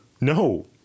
No